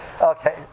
Okay